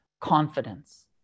confidence